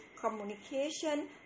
communication